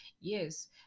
yes